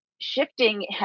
Shifting